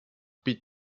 pete